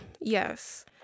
yes